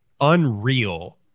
unreal